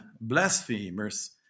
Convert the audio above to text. blasphemers